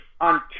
on